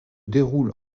déroule